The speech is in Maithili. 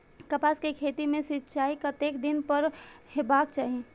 कपास के खेती में सिंचाई कतेक दिन पर हेबाक चाही?